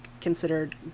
considered